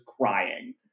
crying